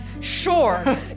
Sure